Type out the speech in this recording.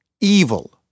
evil